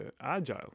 Agile